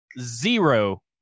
zero